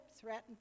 threatened